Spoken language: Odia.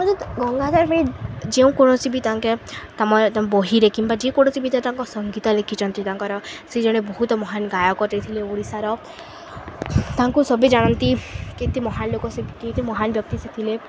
ମୁଁ ଗଙ୍ଗଧର ମେହେର ଯେଉଁ କୌଣସି ବି ତାଙ୍କେ ତମ ବହିରେ କିମ୍ବା ଯେକୌଣସି ବି ତା ତାଙ୍କ ସଙ୍ଗୀତ ଲେଖିଛନ୍ତି ତାଙ୍କର ସେଇ ଜଣେ ବହୁତ ମହାନ ଗାୟକଟେ ଥିଲେ ଓଡ଼ିଶାର ତାଙ୍କୁ ସଭିଏ ଜାଣନ୍ତି କେତେ ମହାନ ଲୋକ କେତେ ମହାନ ବ୍ୟକ୍ତି ସେ ଥିଲେ